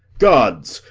gods,